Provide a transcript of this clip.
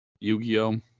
Yu-Gi-Oh